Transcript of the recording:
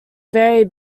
vary